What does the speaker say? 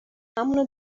همونو